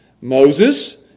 Moses